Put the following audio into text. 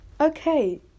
okay